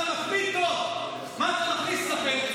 אתה מקפיד טוב מה אתה מכניס לפה,